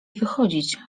wychodzić